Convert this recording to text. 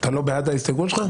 אתה לא בעד ההסתייגות שלך?